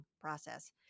process